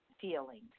feelings